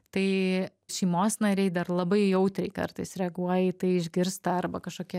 tai šeimos nariai dar labai jautriai kartais reaguoja į tai išgirsta arba kažkokie